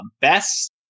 Best